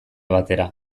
batera